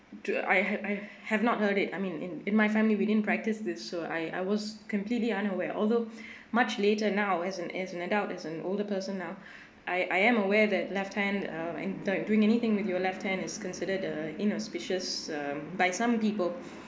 do I have I have not heard it I mean in in my family we didn't practise this so I I was completely unaware although much later now as an as an adult as an older person now I I am aware that left hand uh entire doing anything with your left hand is consider the inauspicious um by some people